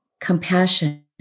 compassion